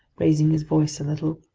raising his voice a little.